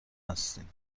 هستین